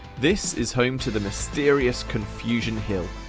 this is home to the mysterious confusion hill,